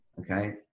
Okay